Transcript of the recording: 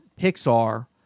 Pixar